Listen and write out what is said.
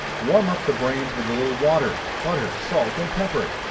warm up the brains with a little water, butter, salt, and pepper.